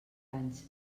anys